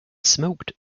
smoked